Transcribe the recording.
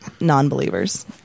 non-believers